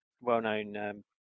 well-known